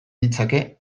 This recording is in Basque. ditzake